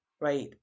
right